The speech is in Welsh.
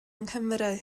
nghymru